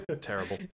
Terrible